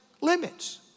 limits